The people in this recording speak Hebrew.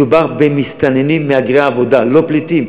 מדובר במסתננים מהגרי עבודה, לא בפליטים.